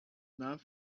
not